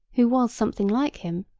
who was something like him,